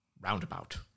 roundabout